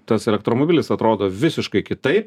tas elektromobilis atrodo visiškai kitaip